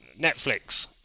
Netflix